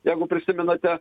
jeigu prisimenate